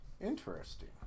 Interesting